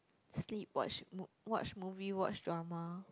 sleep watch mo~ watch movie watch drama